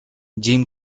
jim